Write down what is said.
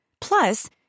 Plus